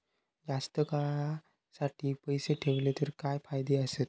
जास्त काळासाठी पैसे ठेवले तर काय फायदे आसत?